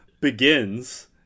begins